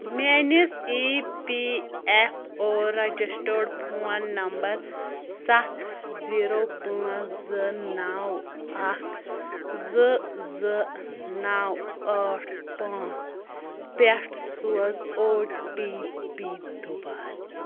میٲنِس E P F O registered phone number سَتھ زیٖرو پانژھ زٕ نَو اَکھ زٕ زٕ نَو ٲٹھ پَانژھ پٮ۪ٹھ سوز او ٹی پی دُبارٕ